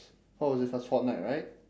oh is it cause fortnite right